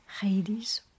Hades